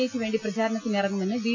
എക്ക് വേണ്ടി പ്രചാരണത്തിന് ഇറങ്ങുമെന്ന് ബി